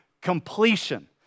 completion